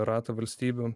ratą valstybių